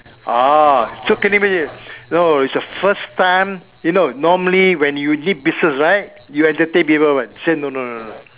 ah so can you still imagine no it is the first time you know normally when you need business right you entertain people [one] say no no no no no